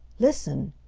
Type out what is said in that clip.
listen!